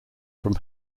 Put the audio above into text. from